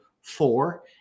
four